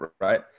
right